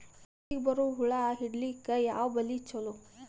ಹತ್ತಿಗ ಬರುವ ಹುಳ ಹಿಡೀಲಿಕ ಯಾವ ಬಲಿ ಚಲೋ?